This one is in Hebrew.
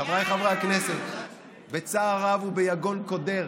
חבריי חברי הכנסת, בצער רב וביגון קודר